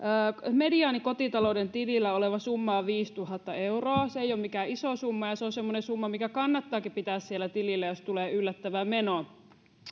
mediaanikotitalouden tilillä oleva summa on viisituhatta euroa se ei ole mikään iso summa ja se on semmoinen summa mikä kannattaakin pitää siellä tilillä jos tulee yllättävä meno